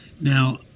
Now